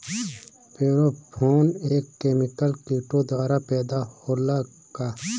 Pheromone एक chemical किटो द्वारा पैदा होला का?